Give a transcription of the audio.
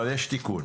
אבל יש תיקון.